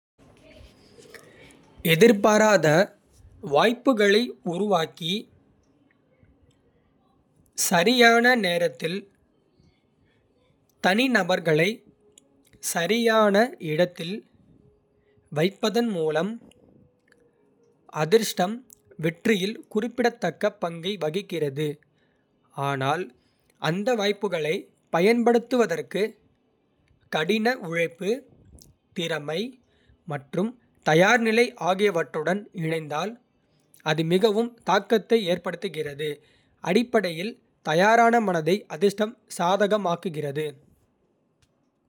எதிர்பாராத வாய்ப்புகளை உருவாக்கி, சரியான நேரத்தில் தனிநபர்களை சரியான இடத்தில் வைப்பதன் மூலம் அதிர்ஷ்டம் வெற்றியில் குறிப்பிடத்தக்க பங்கை வகிக்கிறது. ஆனால் அந்த வாய்ப்புகளைப் பயன்படுத்துவதற்கு கடின உழைப்பு, திறமை மற்றும் தயார்நிலை ஆகியவற்றுடன் இணைந்தால் அது மிகவும் தாக்கத்தை ஏற்படுத்துகிறது; அடிப்படையில், "தயாரான மனதை அதிர்ஷ்டம் சாதகமாக்குகிறது.